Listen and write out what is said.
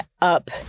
up